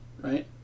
right